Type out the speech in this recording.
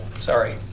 Sorry